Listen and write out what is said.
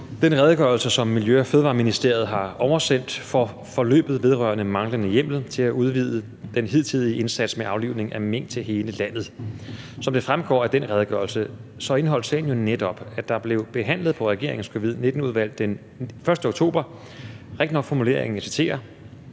den redegørelse, som Miljø- og Fødevareministeriet har oversendt, for forløbet vedrørende manglende hjemmel til at udvide den hidtidige indsats med aflivning af mink til hele landet. Som det fremgår af den redegørelse, indeholdt sagen jo netop, at der i regeringens Covid-19-udvalg den 1. oktober blev behandlet formuleringen, og jeg citerer: